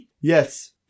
Yes